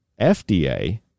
FDA